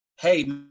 hey